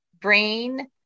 brain